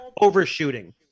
overshooting